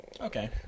Okay